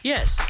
Yes